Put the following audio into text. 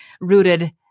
rooted